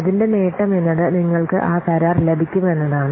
അതിന്റെ നേട്ടം എന്നത് നിങ്ങൾക്ക് ആ കരാർ ലഭിക്കുംഎന്നതാണ്